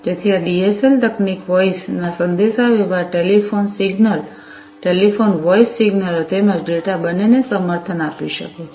તેથી આ ડીએસએલ તકનીક વોઇસના સંદેશાવ્યવહાર ટેલિફોન સિગ્નલ ટેલિફોન વોઇસ સિગ્નલો તેમજ ડેટા બંનેને સમર્થન આપી શકે છે